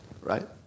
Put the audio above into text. right